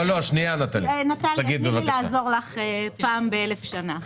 נטליה, תני לי לעזור לך פעם באלף שנים.